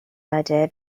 idea